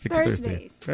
Thursdays